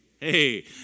Hey